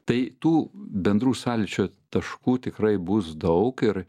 tai tų bendrų sąlyčio taškų tikrai bus daug ir